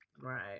Right